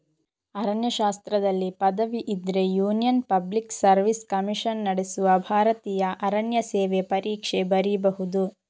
ಅರಣ್ಯಶಾಸ್ತ್ರದಲ್ಲಿ ಪದವಿ ಇದ್ರೆ Union Public Service Commission ನಡೆಸುವ ಭಾರತೀಯ ಅರಣ್ಯ ಸೇವೆ ಪರೀಕ್ಷೆ ಬರೀಬಹುದು